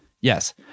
Yes